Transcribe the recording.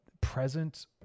present